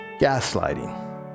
Gaslighting